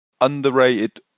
underrated